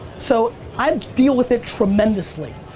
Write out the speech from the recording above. so i deal with it tremendously.